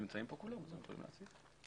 נתחיל עם